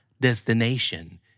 destination